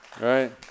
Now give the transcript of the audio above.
right